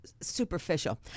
superficial